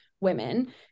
women